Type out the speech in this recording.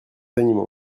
animaux